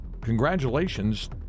congratulations